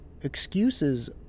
Excuses